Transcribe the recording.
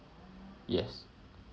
yes